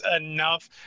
enough